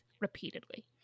repeatedly